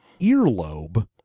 earlobe